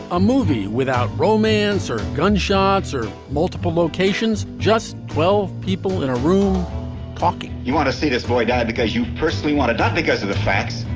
a movie without romance or gunshots or multiple locations. just twelve people in a room talking you want to see this boy die because you personally want to die because of the facts.